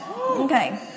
Okay